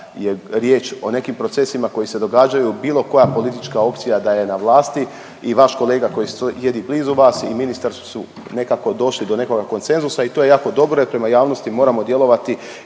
je riječ o nekim procesima koji se događaju, bilo koja politička opcija da je na vlasti i vaš kolega koji sjedi blizu vas i ministar su nekako došli do nekoga konsenzusa i to je jako dobro jer prema javnosti moramo djelovati